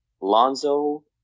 Lonzo